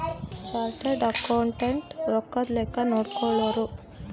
chartered accountant ರೊಕ್ಕದ್ ಲೆಕ್ಕ ನೋಡ್ಕೊಳೋರು